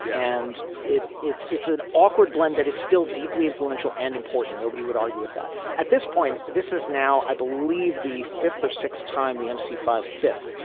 yeah and it it's it's an awkward blend that is still deeply influential and important. nobody would argue with that at this point. this is now, i believe, the fifth or sixth time, the m c five fifth.